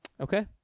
Okay